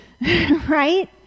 Right